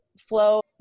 flow